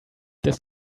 this